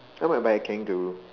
I might buy a kangaroo